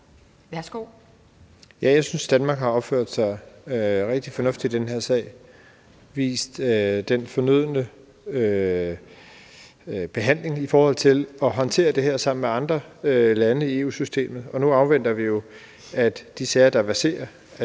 Ja, jeg synes, Danmark har opført sig rigtig fornuftigt i den her sag og foretaget den fornødne behandling i forhold til at håndtere det her sammen med andre lande i EU-systemet. Og nu afventer vi, at de sager, der verserer,